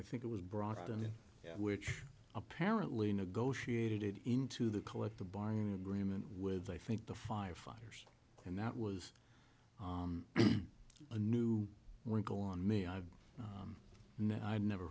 i think it was brought in which apparently negotiated into the collective bargaining agreement with i think the firefighters and that was a new wrinkle on me i've no i never